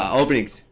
openings